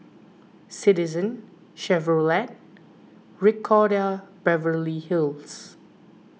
Citizen Chevrolet Ricardo Beverly Hills